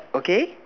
okay